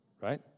Right